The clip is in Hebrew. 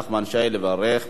בבקשה, אדוני.